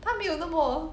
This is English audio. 他没有那么